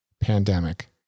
pandemic